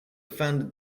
founded